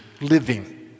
living